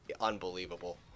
unbelievable